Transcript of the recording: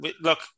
look